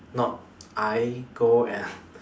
not I go and